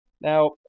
Now